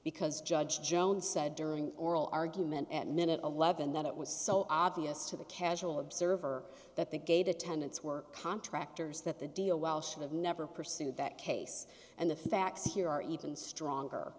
because judge jones said during oral argument and minute eleven that it was so obvious to the casual observer that the gate attendants were contractors that the deal well should have never pursued that case and the facts here are even stronger